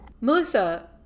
Melissa